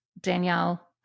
Danielle